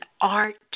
art